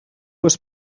was